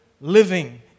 living